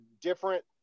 different